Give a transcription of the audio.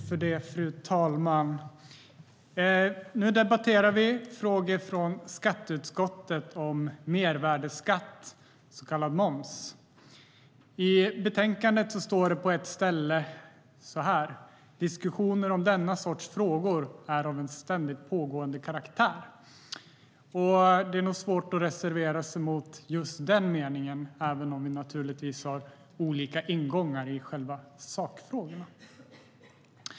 Fru talman! Vi debatterar nu frågor från skatteutskottet om mervärdesskatt, så kallad moms. I betänkandet står det på ett ställe: "Diskussioner om denna sorts frågor är av en ständigt pågående karaktär." Det är nog svårt att reservera sig mot just den meningen, även om vi naturligtvis har olika ingångar i själva sakfrågorna.